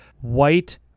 white